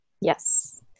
Yes